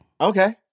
okay